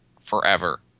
forever